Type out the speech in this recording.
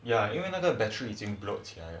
ya 因为那个 battery 已经 bloat 起来 liao